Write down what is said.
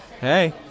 Hey